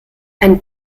ein